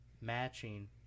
matching